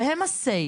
והם ה- say,